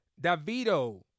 Davido